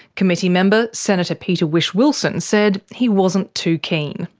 committee member senator peter whish-wilson said he wasn't too keen.